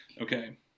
Okay